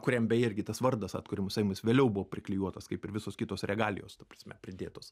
kuriam beje irgi tas vardas atkūrimo seimas vėliau buvo priklijuotas kaip ir visos kitos regalijos ta prasme pridėtos